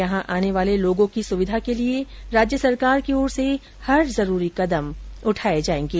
यहाँ आने वाले लोगों की सुविधा के लिए राज्य सरकार की ओर से हर जरूरी कदम उठाये जायेंगे